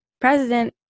president